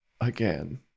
again